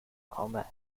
combat